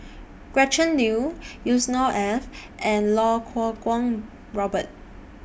Gretchen Liu Yusnor Ef and Iau Kuo Kwong Robert